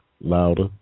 louder